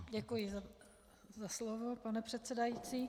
Děkuji za slovo, pane předsedající.